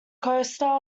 coaster